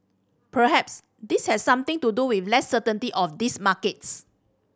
perhaps this has something to do with less certainty of these markets